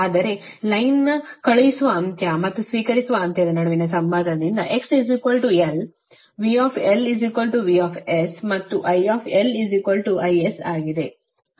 ಆದರೆ ಸಾಲಿನ ಕಳುಹಿಸುವ ಅಂತ್ಯ ಮತ್ತು ಸ್ವೀಕರಿಸುವ ಅಂತ್ಯದ ನಡುವಿನ ಸಂಬಂಧದಿಂದ x l V VS ಮತ್ತು I IS ಆಗಿದೆ